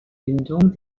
bindung